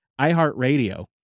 iHeartRadio